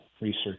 research